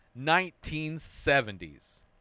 1970s